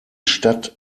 stadt